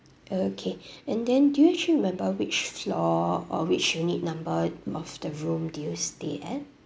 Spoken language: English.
okay and then do you actually remember which floor or which unit number of the room did you stay at